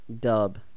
dub